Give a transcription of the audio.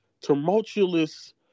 tumultuous